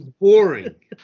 boring